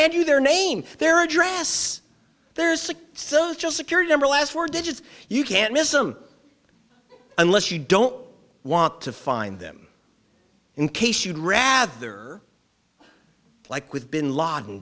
hand you their name their address there's just security number last four digits you can't miss them unless you don't want to find them in case you'd rather like with bin laden